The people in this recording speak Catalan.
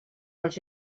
els